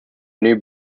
new